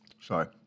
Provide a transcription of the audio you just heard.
sorry